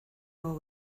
mall